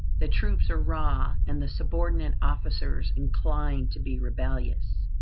the troops are raw, and the subordinate officers inclined to be rebellious.